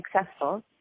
successful